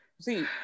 see